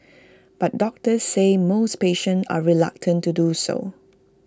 but doctors say most patients are reluctant to do so